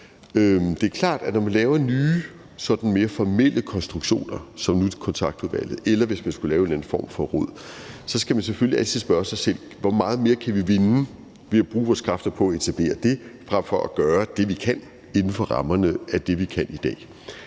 Det er klart, at når man laver nye sådan mere formelle konstruktioner som nu kontaktudvalget, eller hvis man skulle lave en eller anden form for råd, så skal man selvfølgelig altid spørge sig selv, hvor meget mere man kan vinde ved at bruge vores kræfter på at etablere det frem for at gøre det, vi kan inden for rammerne af det, vi kan i dag.